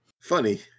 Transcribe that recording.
Funny